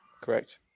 Correct